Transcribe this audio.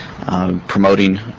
promoting